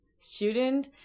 Student